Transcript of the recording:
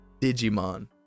Digimon